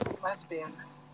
Lesbians